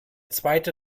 zweite